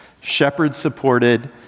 shepherd-supported